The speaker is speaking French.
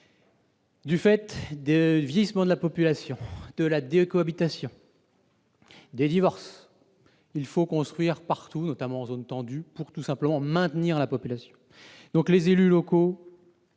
Du fait du vieillissement de la population, de la décohabitation, des divorces, il faut construire partout, notamment en zone tendue, pour tout simplement maintenir la population. Dans leur immense